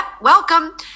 Welcome